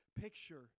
picture